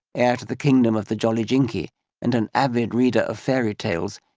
heir to the kingdom of the jolliginki and an avid reader of fairy tales,